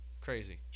Crazy